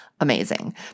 Amazing